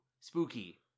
Spooky